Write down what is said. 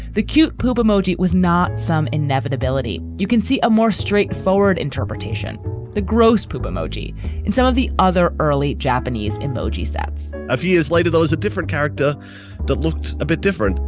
the cute puba emoji was not some inevitability. you can see a more straightforward interpretation the gross poop emoji and some of the other early japanese emoji sets a few years later, though, is a different character that looked a bit different,